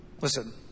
Listen